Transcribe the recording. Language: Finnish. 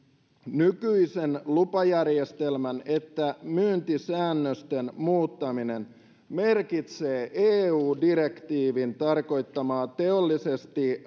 nykyisen lupajärjestelmän että myyntisäännösten muuttaminen merkitsee eu direktiivin tarkoittamaa teollisesti